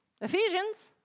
Ephesians